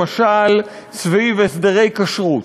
למשל סביב הסדרי כשרות,